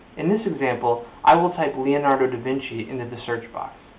in this example, i will type leonardo da vinci into the search box.